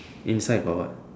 inside got what